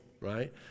right